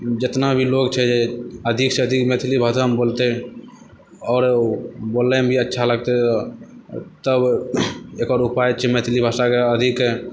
जितना भी लोग छै अधिकसँ अधिक मैथिली भाषामे बोलतै आओर बोलैमे भी अच्छा लगतै तब एकर उपाय छै मैथिली भाषाके अधिक